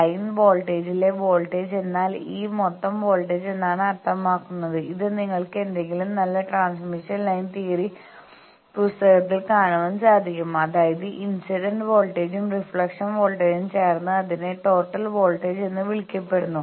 line വോൾട്ടേജിലെ voltage എന്നാൽ ഈ മൊത്തം വോൾട്ടേജ് എന്നാണ് അർത്ഥമാക്കുന്നത് ഇത് നിങ്ങൾക്ക് ഏതെങ്കിലും നല്ല ട്രാൻസ്മിഷൻ ലൈൻ തിയറി പുസ്തകത്തിൽ കാണുവാൻ സാധിക്കും അതായത് ഇൻസിഡന്റ് വോൾട്ടേജും റിഫ്ലക്ഷൻ വോൾട്ടേജും ചേർന്ന് അതിനെ ടോട്ടൽ വോൾട്ടേജ് എന്ന് വിളിക്കപ്പെടുന്നു